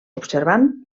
observant